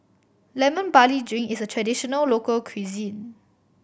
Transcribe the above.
Lemon Barley Drink is a traditional local cuisine